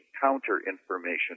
counter-information